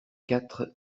quatre